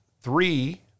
three